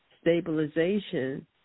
stabilization